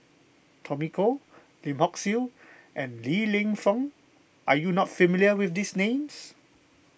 Tommy Koh Lim Hock Siew and Li Lienfung are you not familiar with these names